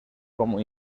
como